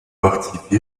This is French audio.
parti